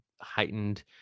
heightened